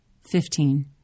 Fifteen